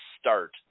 start